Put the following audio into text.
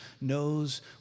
knows